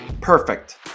perfect